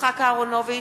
יצחק אהרונוביץ,